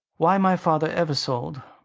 why my father ever sold!